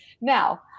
Now